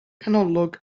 canolog